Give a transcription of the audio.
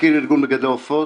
מזכיר ארגון מגדלי עופות,